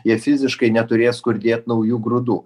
jie fiziškai neturės kur dėt naujų grūdų